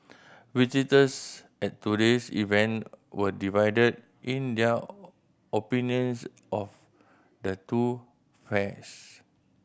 visitors at today's event were divided in their opinions of the two fairs